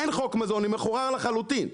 אין חוק מזון הוא מחורר לחלוטין.